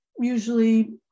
usually